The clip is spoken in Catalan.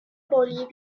bolívia